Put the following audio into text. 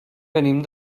venim